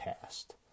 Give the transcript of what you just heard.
past